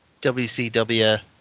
WCW